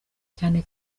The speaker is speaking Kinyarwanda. cyane